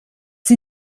sie